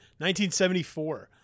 1974